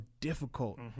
difficult